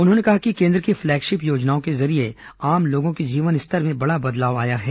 उन्होंने कहा कि केन्द्र की फ्लैगशिप योजनाओं के जरिये आम लोगों के जीवन स्तर में बड़ा बदलाव आया है